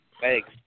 Thanks